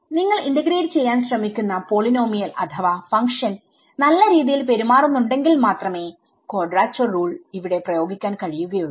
നിങ്ങൾ ഇന്റഗ്രേറ്റ് ചെയ്യാൻ ശ്രമിക്കുന്ന പോളിനോമിയൽ അഥവാ ഫങ്ക്ഷൻനല്ല രീതിയിൽ പെരുമാറുന്നുണ്ടെങ്കിൽ മാത്രമേ ക്വാഡ്രാച്വർ റൂൾ ഇവിടെ പ്രയോഗിക്കാൻ കഴിയുകയുള്ളൂ